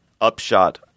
Upshot